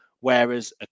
Whereas